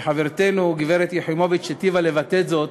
וחברתנו גברת יחימוביץ היטיבה לבטא זאת,